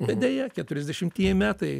bet deja keturiasdešimtieji metai